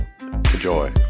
Enjoy